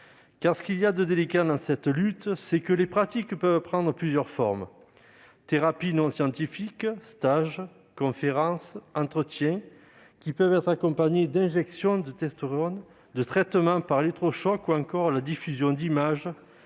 ce qu'il y a de délicat dans cette lutte, c'est que les pratiques peuvent prendre plusieurs formes : thérapies non scientifiques, stages, conférences, entretiens, qui peuvent être accompagnés d'injections de testostérone, de traitements par électrochocs ou encore de diffusions d'images